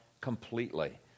completely